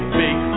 big